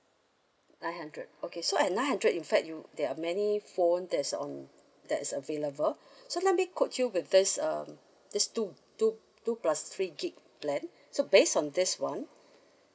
nine hundred okay so at nine hundred in fact you there are many phone that's on that's available so let me quote you with this um this two two two plus three gigabytes plan so based on this [one]